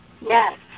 Yes